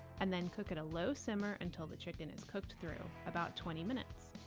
and then cook at a low simmer until the chicken is cooked through, about twenty minutes.